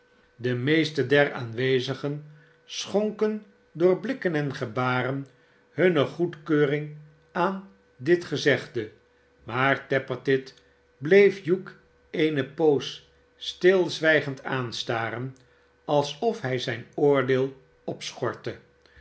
de meeste der aanwezigen schonken door blikken en gebaren hunne goedkeuring aan dit gezegde maar tappertit bleef hugh eene poos stilzwijgend aanstaren alsof hij zijn oordeel